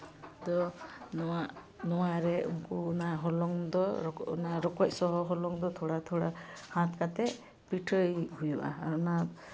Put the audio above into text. ᱛᱚ ᱱᱚᱣᱟ ᱱᱚᱣᱟ ᱨᱮ ᱩᱱᱠᱩ ᱚᱱᱟ ᱦᱚᱞᱚᱝ ᱫᱚ ᱨᱚᱠᱚᱡ ᱥᱚᱦᱚ ᱚᱱᱟ ᱦᱚᱞᱚᱝ ᱫᱚ ᱛᱷᱚᱲᱟ ᱛᱷᱚᱲᱟ ᱦᱟᱛ ᱠᱟᱛᱮᱫ ᱯᱤᱴᱷᱟᱹᱭ ᱦᱩᱭᱩᱜᱼᱟ ᱟᱨ ᱚᱱᱟ